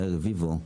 יאיר רביבו,